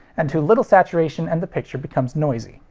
and too little saturation and the picture becomes noisy.